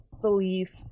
belief